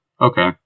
Okay